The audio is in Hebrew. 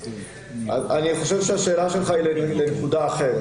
אני חושב שהשאלה שלך היא לנקודה אחרת.